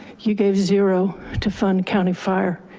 you gave zero to fund county fire.